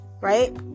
right